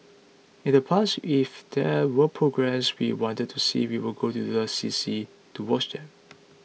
in the past if there were programmes we wanted to see we would go to the C C to watch them